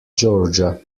georgia